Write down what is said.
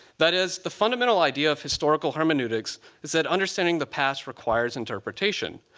that is, the fundamental idea of historical hermeneutics is that understanding the past requires interpretation.